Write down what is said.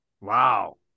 Wow